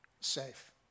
safe